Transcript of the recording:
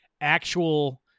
actual